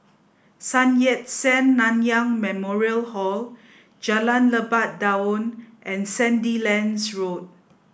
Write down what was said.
Sun Yat Sen Nanyang Memorial Hall Jalan Lebat Daun and Sandilands Road